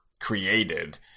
created